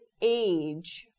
age